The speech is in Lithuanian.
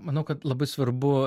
manau kad labai svarbu